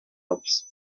olds